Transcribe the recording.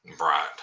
Right